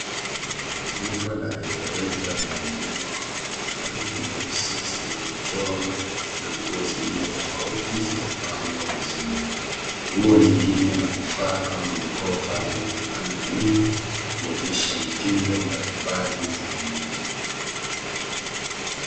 Duka la reja reja la nguo ambapo fulana nyeusi zenye michoro na nguo zingine tofauti zimepangwa vizuri. Nguo nyingine na vifaa kama mikopa vinaonekana nyuma kuonyesha mitindo mbalimbali za nguo.